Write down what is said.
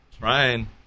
Ryan